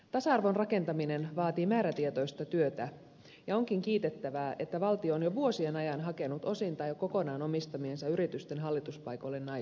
tasa arvon rakentaminen vaatii määrätietoista työtä ja onkin kiitettävää että valtio on jo vuosien ajan hakenut osin tai kokonaan omistamiensa yritysten hallituspaikoille naisia